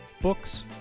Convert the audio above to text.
books